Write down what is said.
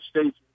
States